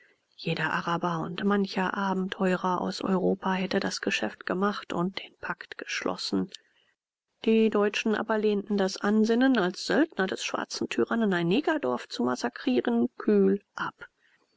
jeder araber und mancher abenteurer aus europa hätte das geschäft gemacht und den pakt geschlossen die deutschen aber lehnten das ansinnen als söldner des schwarzen tyrannen ein negerdorf zu massakrieren kühl ab